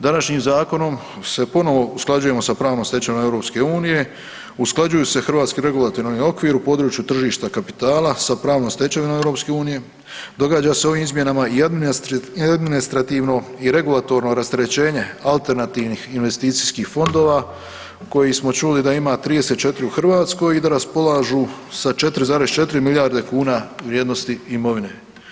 Današnjim zakonom se ponovo usklađujemo sa pravnom stečevinom EU, usklađuju se hrvatski regulatorni okvir u području tržišta kapitala sa pravnom stečevinom EU, događa se ovim izmjenama i administrativno i regulatorno rasterećenje alternativnih investicijskih fondova koji smo čuli da ima 34 u Hrvatskoj i da raspolažu sa 4,4 milijarde kuna vrijednosti imovine.